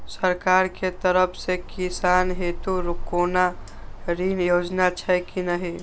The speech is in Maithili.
सरकार के तरफ से किसान हेतू कोना ऋण योजना छै कि नहिं?